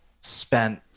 spent